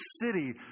city